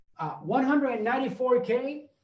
194K